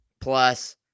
plus